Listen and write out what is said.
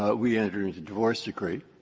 ah we enter a divorce decree.